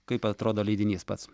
kaip atrodo leidinys pats